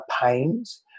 pains